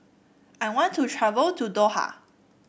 I want to travel to Doha